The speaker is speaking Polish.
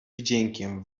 wdziękiem